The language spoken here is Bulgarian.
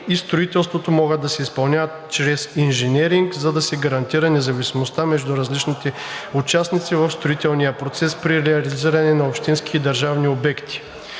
и строителството могат да се изпълняват чрез инженеринг, за да се гарантира независимост между различните участници в строителния процес при реализиране на общински и държавни обекти.